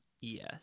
Yes